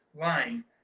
line